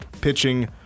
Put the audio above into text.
pitching